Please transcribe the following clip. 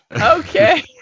Okay